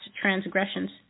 transgressions